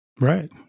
Right